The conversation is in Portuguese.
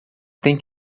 tem